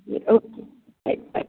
okay bye bye